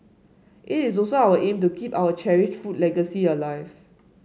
it is also our aim to keep our cherished food legacy alive